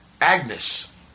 Agnes